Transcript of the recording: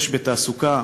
יש בתעסוקה,